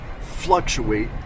fluctuate